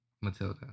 Matilda